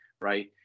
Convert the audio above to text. right